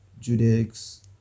Judex